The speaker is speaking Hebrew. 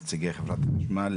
נציגי חברת החשמל.